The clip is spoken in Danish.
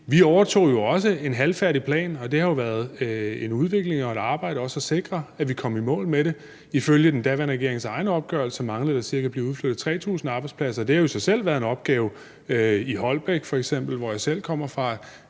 overtog en halvfærdig plan, og det har været en udvikling og et arbejde at sikre, at vi kom i mål med det. Ifølge den daværende regerings egne opgørelser manglede der at blive udflyttet ca. 3.000 arbejdspladser, og det har jo i sig selv været en opgave. I f.eks. Holbæk, hvor jeg selv kommer fra,